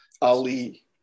Ali